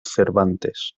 cervantes